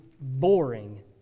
boring